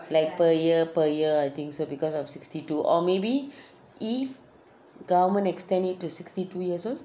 like per year per year I think so because of sixty two or maybe if government extend it to sixty two years old